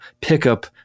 pickup